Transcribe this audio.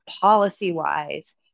policy-wise